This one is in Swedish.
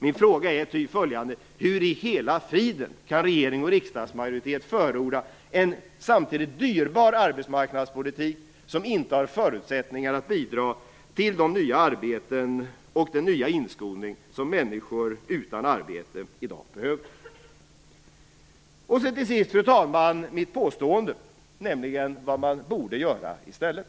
Min fråga är ty följande: Hur i hela friden kan regering och riksdagsmajoritet förorda en samtidigt dyrbar arbetsmarknadspolitik, som inte har förutsättningar att bidra till de nya arbeten och den nya inskolning som människor utan arbete i dag behöver? Till sist, fru talman, vill jag komma med ett påstående, nämligen vad man borde göra i stället.